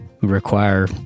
require